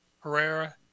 Herrera